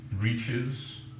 Reaches